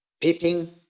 peeping